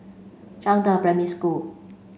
Zhangde Primary School